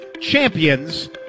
champions